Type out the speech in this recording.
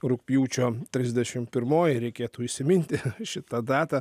rugpjūčio trisdešimt pirmoji reikėtų įsiminti šitą datą